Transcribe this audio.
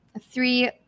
three